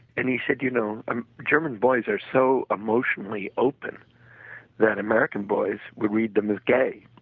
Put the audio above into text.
and he said you know german boys are so emotionally open that american boys would read them as gay.